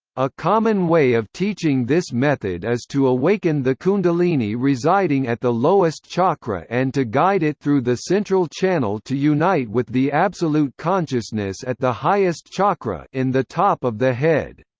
a common way of teaching this method is to awaken the kundalini residing at the lowest chakra and to guide it through the central channel to unite with the absolute consciousness at the highest chakra in the top of the head.